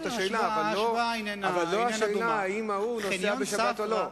זאת השאלה, לא השאלה האם ההוא נוסע בשבת או לא.